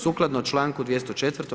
Sukladno čl. 204.